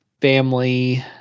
family